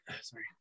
sorry